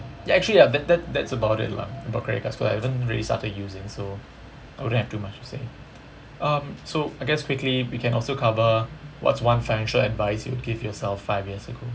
ya actually ya that that that's about it lah about credit cards because I haven't really started using so I wouldn't have too much to say um so I guess quickly we can also cover what's one financial advice you would give yourself five years ago